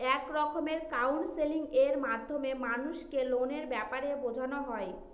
এক রকমের কাউন্সেলিং এর মাধ্যমে মানুষকে লোনের ব্যাপারে বোঝানো হয়